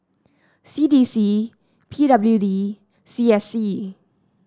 C D C P W D C S C